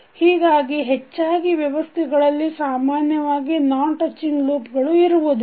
ಹೀಗಾಗಿ ಹೆಚ್ಚಾಗಿ ವ್ಯವಸ್ಥೆಗಳಲ್ಲಿ ಸಾಮಾನ್ಯವಾಗಿ ನಾನ್ ಟಚ್ಚಿಂಗ್ ಲೂಪ್ ಗಳು ಇರುವುದಿಲ್ಲ